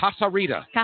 casarita